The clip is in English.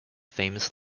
famous